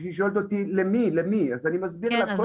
כשהיא שואלת אותי "למי?" אז אני מסביר לה שקודם כל.